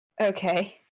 Okay